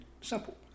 Simple